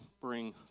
bring